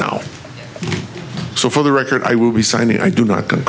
so for the record i will be signing i do not co